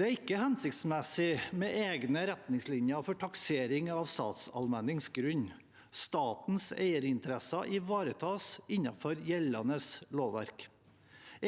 Det er ikke hensiktsmessig med egne retningslinjer for taksering av statsallmenningsgrunn. Statens eierinteresser ivaretas innenfor gjeldende lovverk.